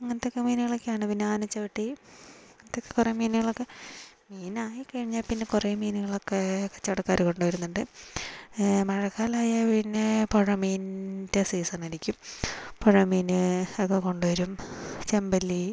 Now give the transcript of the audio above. അങ്ങനത്തെയൊക്കെ മീനുകളൊക്കെയാണ് പിന്നെ ആനച്ചവിട്ടി അങ്ങനത്തെ കുറെ മീനുകളൊക്കെ മീനായി കഴിഞ്ഞാൽപ്പിന്നെ കുറെ മീനുകളൊക്കെ കച്ചവടക്കാർ കൊണ്ടു വരുന്നുണ്ട് മഴക്കാലമായാൽ പിന്നെ പുഴമീനിൻ്റെ സീസൺ ആയിരിക്കും പുഴമീൻ ഒക്കെ കൊണ്ടുവരും ചെമ്പല്ലി